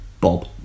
Bob